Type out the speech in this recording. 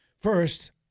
First